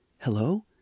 Hello